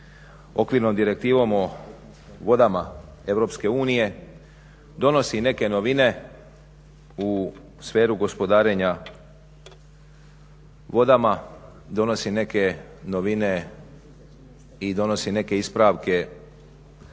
okvirnom direktivom o vodama EU, donosi neke novine u sferu gospodarenja vodama, donosi neke novine i donosi neke ispravke